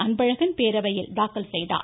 அன்பழகன் பேரவையில் தாக்கல் செய்தார்